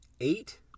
Eight